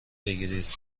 بگیرید